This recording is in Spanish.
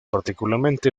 particularmente